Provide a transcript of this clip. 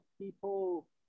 people